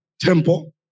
temple